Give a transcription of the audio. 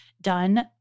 done